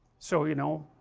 so you know,